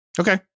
Okay